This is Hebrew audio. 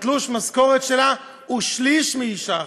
תלוש המשכורת שלה הוא שליש משל אישה אחרת.